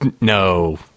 no